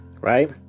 right